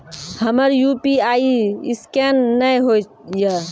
हमर UPI scan नेय हो या?